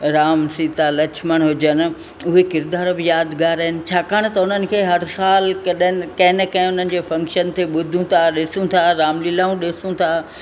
राम सीता लछमण हुजनि उहे किरिदार बि यादिगार आहिनि छाकाणि त उन्हनि खे हर साल कॾहिं न कंहिं न कंहिं उन्हनि जे फ़ंक्शन ते ॿुधूं था ॾिसूं था रामलीलाऊं ॾिसूं था